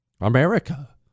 America